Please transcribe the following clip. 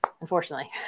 unfortunately